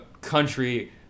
country